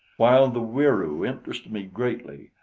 while the wieroo interested me greatly,